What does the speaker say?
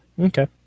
Okay